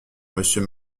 monsieur